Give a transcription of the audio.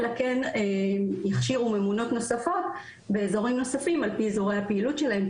אלא כן הכשירו ממונות נוספות באזורים נוספים על פי אזורי הפעילות שלהם,